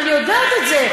אני יודעת את זה.